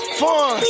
fun